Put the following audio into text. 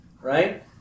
right